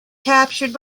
captured